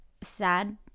sad